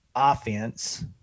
offense